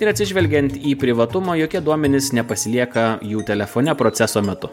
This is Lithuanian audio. ir atsižvelgiant į privatumą jokie duomenys nepasilieka jų telefone proceso metu